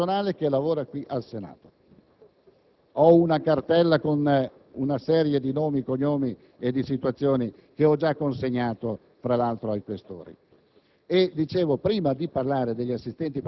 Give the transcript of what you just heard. di personale in attività qui al Senato. Ho una cartella con una serie di nomi, cognomi e situazioni che ho già consegnato tra l'altro ai Questori.